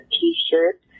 t-shirt